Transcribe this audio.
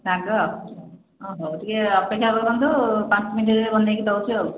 ରାଗ ଆଉ ହଁ ହଉ ଟିକେ ଅପେକ୍ଷା କରନ୍ତୁ ପାଞ୍ଚ ମିନିଟ୍ରେ ବନେଇକି ଦେଉଛି ଆଉ